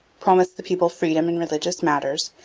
promised the people freedom in religious matters,